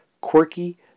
quirky